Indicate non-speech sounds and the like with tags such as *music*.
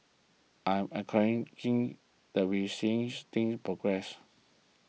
I'm *unintelligible* that we're seeing things progress